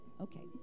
okay